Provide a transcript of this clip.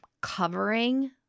covering